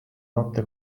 notte